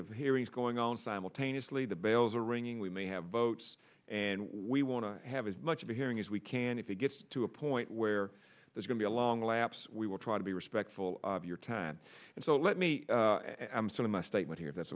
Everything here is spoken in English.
of hearings going on simultaneously the bells are ringing we may have votes and we want to have as much of a hearing as we can if it gets to a point where there's going be a long lapse we will try to be respectful of your time and so let me my statement here that's